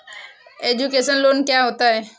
Education loan क्या होता है?